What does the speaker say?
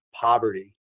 poverty